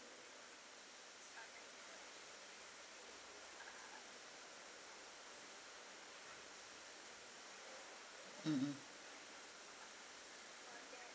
mm mm